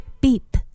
beep